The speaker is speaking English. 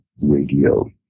radio